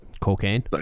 Cocaine